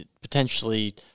potentially